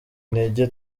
intege